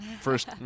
first